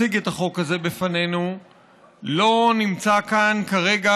וסימנו אותו בפרקליטות.